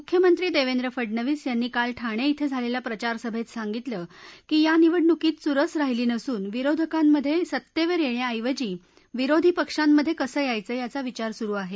मुख्यमंत्री देवेंद्र फडणवीस यांनी काल ठाणे इथं झालेल्या प्रचारसभेत सांगितलं की या निवडणुकीत चूरस राहिली नसून विरोधकांमध्ये सत्तेवर येण्याऐवजी विरोधी पक्षांमध्ये कसं यायचं याचा विचार सुरु आहे